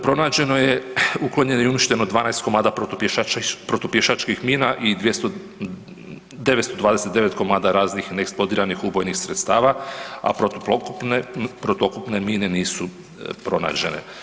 Pronađeno je, uklonjeno i uništeno 12 komada protupješačkih mina i 929 komada raznih i neeksplodiranih ubojnih sredstava, a protuoklopne mine nisu pronađene.